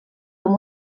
com